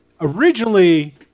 originally